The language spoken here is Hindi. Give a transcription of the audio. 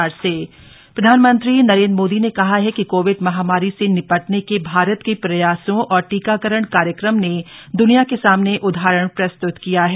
मोदी मन की बात प्रधानमंत्री नरेन्द्र मोदी ने कहा है कि कोविड महामारी से निपटने के भारत के प्रयासों और टीकाकरण कार्यक्रम ने दुनिया के सामने उदाहरण प्रस्तुत किया है